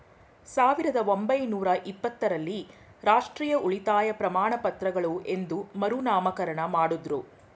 ಸಾವಿರದ ಒಂಬೈನೂರ ಇಪ್ಪತ್ತ ರಲ್ಲಿ ರಾಷ್ಟ್ರೀಯ ಉಳಿತಾಯ ಪ್ರಮಾಣಪತ್ರಗಳು ಎಂದು ಮರುನಾಮಕರಣ ಮಾಡುದ್ರು